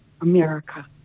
America